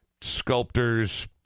sculptors